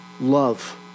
love